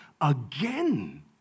again